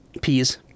Peas